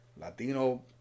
latino